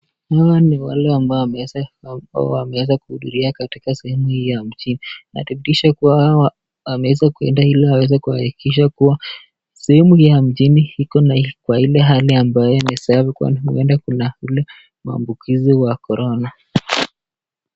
Hawa ni wale ambayo wameweza kuhudhuria katika sehemu hii ya mji inadhibitisha kuwa hawa wameeza kuenda ili waweze kuhakikisha kuwa sehemu hii ya mjini iko kwa ile hali ambayo ni safi kwani huenda kuna ile maambukizi wa korona.